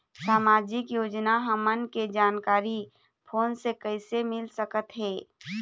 सामाजिक योजना हमन के जानकारी फोन से कइसे मिल सकत हे?